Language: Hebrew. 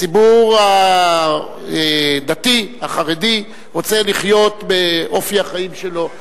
הציבור הדתי החרדי רוצה לחיות באופי החיים שלו.